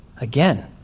again